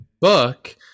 book